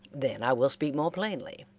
then i will speak more plainly.